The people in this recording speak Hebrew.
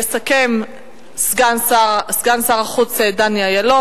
יסכם סגן שר החוץ דני אילון.